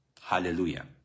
Hallelujah